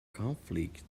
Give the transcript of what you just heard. conflict